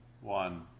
one